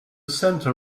centre